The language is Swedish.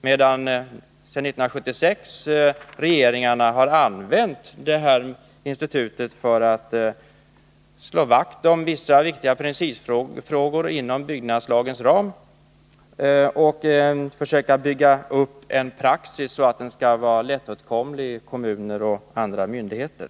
Men sedan 1976 har regeringarna använt detta institut för att slå vakt om vissa viktiga principfrågor inom byggnadslagens ram och för att försöka bygga upp en praxis som skall vara lättåtkomlig för kommuner och andra myndigheter.